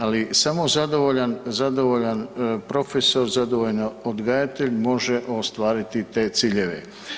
Ali samo zadovoljan profesor, zadovoljan odgajatelj može ostvariti te ciljeve.